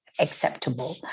acceptable